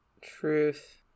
Truth